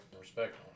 Respect